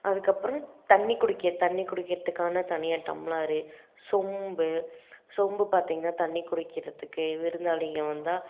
அதுக்கப்புறம் தண்ணி குடிக்க தண்ணி குடிக்கிறதுக்கான தனியாக டம்ளரு சொம்பு சொம்பு பார்த்தீங்கன்னா தண்ணி குடிக்கிறதுக்கு விருந்தாளிங்கள் வந்தால்